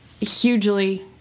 hugely